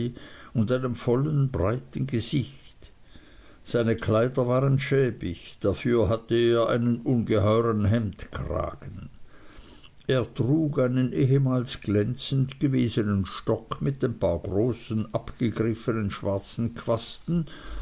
und einem vollen breiten gesicht seine kleider waren schäbig dafür hatte er einen ungeheuern hemdkragen er trug einen ehemals glänzend gewesenen stock mit ein paar großen abgegriffnen schwarzen quasten